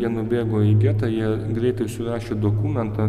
jie nubėgo į getą jie greitai surašė dokumentą